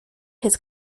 his